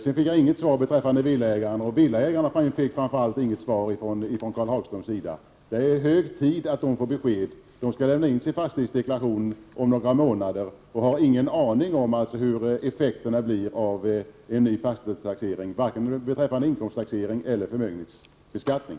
Jag fick inget svar beträffande villaägarna, och villaägarna fick framför allt inget svar från Karl Hagströms sida. Det är hög tid att de får besked. De skall lämna in sin fastighetsdeklaration om några månader och har ingen aning om hur effekterna av den nya fastighetstaxeringen blir när det gäller inkomstaxering och förmögenhetsbeskattning.